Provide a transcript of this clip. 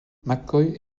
mccoy